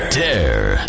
dare